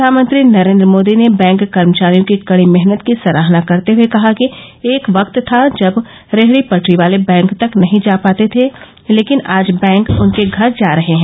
प्रधानमंत्री नरेन्द्र मोदी ने बैंक कर्मचारियों की कड़ी मेहनत की सराहना करते हुये कहा कि एक वक्त था जब रेहडी पटरी वाले बैंक तक नहीं जा पाते थे लेकिन आज बैंक उनके घर जा रहे हैं